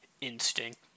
instinct